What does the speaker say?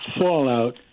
fallout